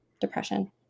Depression